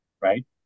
right